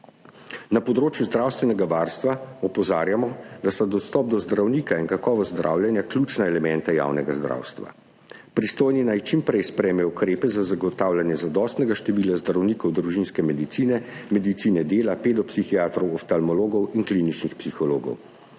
Na področju zdravstvenega varstva opozarjamo, da sta dostop do zdravnika in kakovost zdravljenja ključna elementa javnega zdravstva. Pristojni naj čim prej sprejme ukrepe za zagotavljanje zadostnega števila zdravnikov družinske medicine, medicine dela, pedopsihiatrov, oftalmologov in kliničnih psihologov.